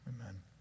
Amen